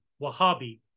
Wahhabi